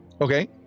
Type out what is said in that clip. Okay